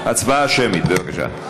הצבעה שמית, בבקשה.